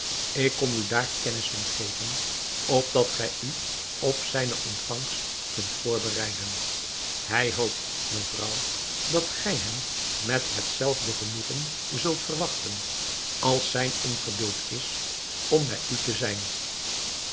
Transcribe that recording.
ik kom u daar kennis van geven opdat gij u op zijne ontvangst kunt voorbereiden hij hoopt mevrouw dat gij hem met het zelfde genoegen zult verwachten als zijn ongeduld is om bij u te zijn